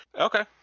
Okay